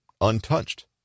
untouched